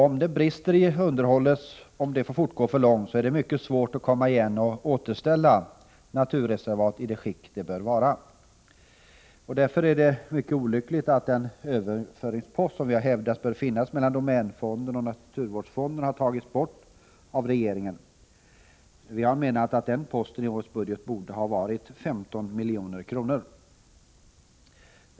Om det under för lång tid får brista i underhåll, blir det svårt att återställa naturreservaten i det skick de bör vara. Det är mycket olyckligt att den överföringspost som vi har hävdat bör finnas mellan domänfonden och naturvårdsfonden har tagits bort av regeringen. Vi anser att den posten borde ha varit 15 milj.kr. i årets budget.